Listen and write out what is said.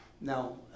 Now